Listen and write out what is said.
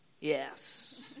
yes